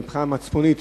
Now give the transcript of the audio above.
מבחינה מצפונית,